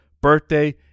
birthday